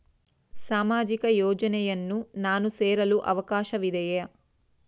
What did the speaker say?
ಸಾಮಾಜಿಕ ಯೋಜನೆಯನ್ನು ನಾನು ಸೇರಲು ಅವಕಾಶವಿದೆಯಾ?